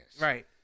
right